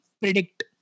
predict